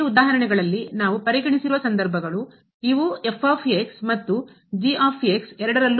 ಈ ಉದಾಹರಣೆಗಳಲ್ಲಿ ನಾವು ಪರಿಗಣಿಸಿರುವ ಸಂದರ್ಭಗಳು ಇವು ಮತ್ತು ಎರಡರಲ್ಲೂ